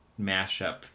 mashup